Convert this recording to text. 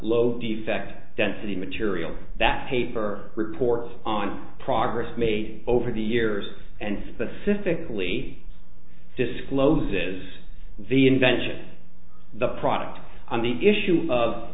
low defect density material that paper reports on progress made over the years and specifically discloses the invention of the product on the issue of